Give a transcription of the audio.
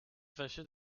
fâché